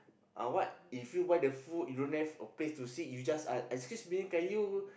uh what if you buy the food you don't have a place to seat you just ask excuse me can you